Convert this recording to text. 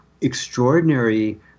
extraordinary